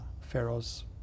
Pharaoh's